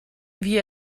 wie